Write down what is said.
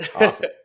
awesome